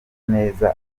neza